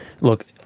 Look